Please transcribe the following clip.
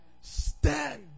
stand